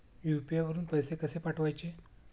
UPI वरून पैसे कसे पाठवायचे?